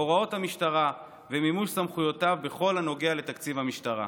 הוראות המשטרה ומימוש סמכויותיו בכל הנוגע לתקציב המשטרה.